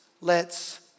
lets